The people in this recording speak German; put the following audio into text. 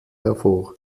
hervor